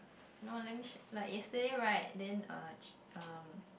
no let me sh~ like yesterday right then uh ch~ um